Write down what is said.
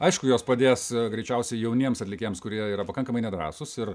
aišku jos padės greičiausiai jauniems atlikėjams kurie yra pakankamai nedrąsūs ir